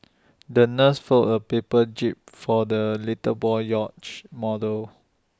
the nurse folded A paper jib for the little boy's yacht model